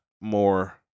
more